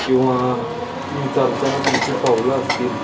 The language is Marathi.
किंवा तुम्ही चालताना तुमची पाऊलं असतील